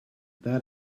that